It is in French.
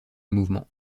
mouvement